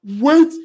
Wait